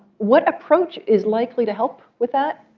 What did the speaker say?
what approach is likely to help with that?